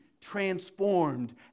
transformed